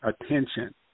attention